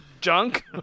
junk